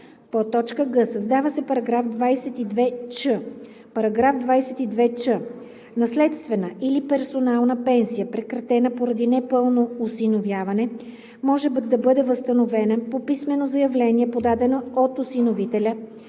„2022“; г) създава се § 22ч: „§ 22ч. Наследствена или персонална пенсия, прекратена поради непълно осиновяване, може да бъде възстановена по писмено заявление, подадено от осиновителя,